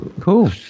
Cool